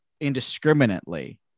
indiscriminately